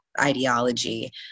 ideology